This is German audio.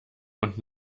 und